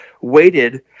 waited